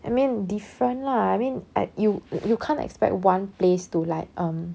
I mean different lah I mean I you you can't expect one place to like um